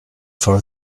for